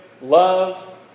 love